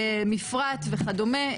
מפרט וכדומה.